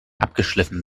abgeschliffen